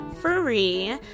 free